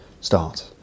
Start